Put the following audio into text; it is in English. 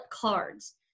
cards